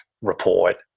report